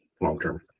long-term